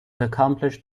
accomplished